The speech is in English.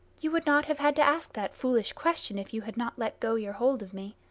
you would not have had to ask that foolish question if you had not let go your hold of me.